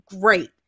great